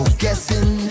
guessing